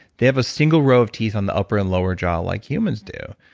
they have a single row of teeth on the upper and lower jaw like humans do,